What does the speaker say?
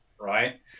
Right